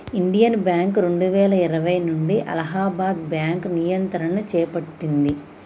Indian Bank రెండువేల ఇరవై నుంచి అలహాబాద్ బ్యాంకు నియంత్రణను చేపట్టింది